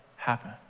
happen